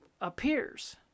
appears